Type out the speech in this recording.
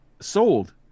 Sold